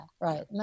right